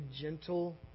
gentle